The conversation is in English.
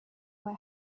were